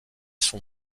son